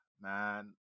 Man